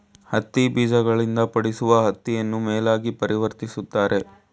ಹತ್ತಿ ಬೀಜಗಳಿಂದ ಪಡಿಸುವ ಹತ್ತಿಯನ್ನು ಮೇಲಾಗಿ ಪರಿವರ್ತಿಸುತ್ತಾರೆ